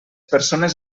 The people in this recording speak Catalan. persones